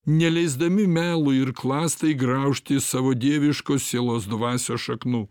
neleisdami melui ir klastai graužti savo dieviškos sielos dvasios šaknų